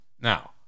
Now